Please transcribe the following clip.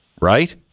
Right